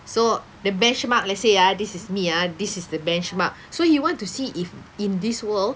so the benchmark let's say ah this is me ah this is the benchmark so he wants to see if in this world